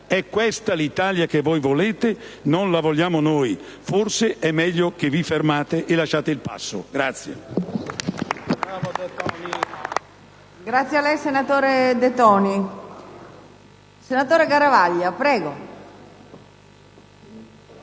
È questa l'Italia che voi volete? Non la vogliamo noi. Forse è meglio che vi fermiate e lasciate il passo.